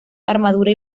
armadura